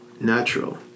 natural